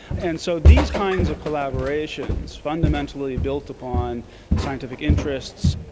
and so these kinds of collaborations, fundamentally built upon scientific interests,